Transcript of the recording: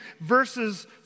verses